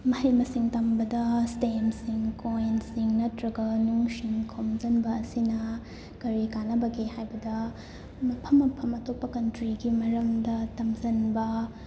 ꯃꯍꯩ ꯃꯁꯤꯡ ꯇꯝꯕꯗ ꯁ꯭ꯇꯦꯝꯁꯤꯡ ꯀꯣꯏꯟꯁꯤꯡ ꯅꯠꯇ꯭ꯔꯒ ꯅꯨꯡꯁꯤꯡ ꯈꯣꯝꯖꯟꯕ ꯑꯁꯤꯅ ꯀꯔꯤ ꯀꯥꯟꯅꯕꯒꯦ ꯍꯥꯏꯕꯗ ꯃꯐꯝ ꯃꯐꯝ ꯑꯇꯣꯞꯄ ꯀꯟꯇ꯭ꯔꯤꯒꯤ ꯃꯔꯝꯗ ꯇꯝꯖꯟꯕ